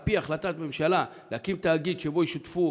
על-פי החלטת ממשלה להקים תאגיד שבו ישותפו